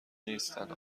نیستند